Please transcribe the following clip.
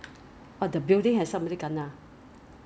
because you have you still have to 你有 walk past 那个电梯的 mah 所以